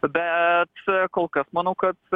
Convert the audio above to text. bet kol kas manau kad